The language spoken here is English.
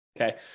okay